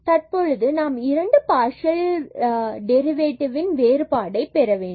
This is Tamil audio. தற்பொழுது நாம் இரண்டு பார்சியல் டெரிவேட்டிவ் வேறுபாட்டை பெற வேண்டும்